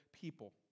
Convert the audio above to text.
people